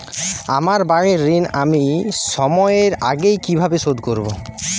আমার বাড়ীর ঋণ আমি সময়ের আগেই কিভাবে শোধ করবো?